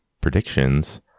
predictions